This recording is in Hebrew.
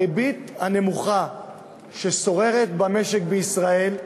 הריבית הנמוכה ששוררת במשק בישראל,